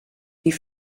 die